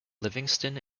livingston